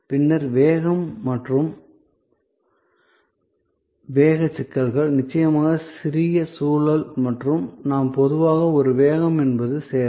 பின்னர் வேகம் மற்றும் வேக சிக்கல்கள் நிச்சயமாக சிறிய சூழல் மற்றும் நாம் பொதுவாக ஒரு வேகம் என்பது சேவை